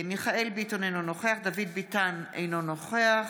מיכאל מרדכי ביטון, אינו נוכח דוד ביטן, אינו נוכח